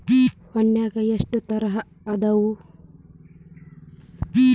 ಹೂನ್ಯಾಗ ಎಷ್ಟ ತರಾ ಅದಾವ್?